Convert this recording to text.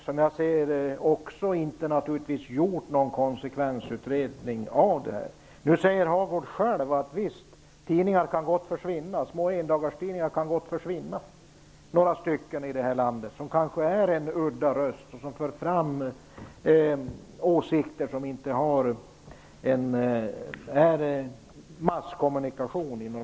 Som jag ser det har man inte heller gjort någon konsekvensutredning av detta. Birger Hagård sade själv att några små endagarstidningar här i landet gott kan försvinna. De är kanske udda röster som för fram åsikter som i normala fall inte ingår i masskommunikationen.